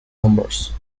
numbers